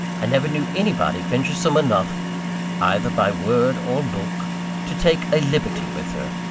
i never knew anybody venturesome enough either by word or look to take a liberty with her.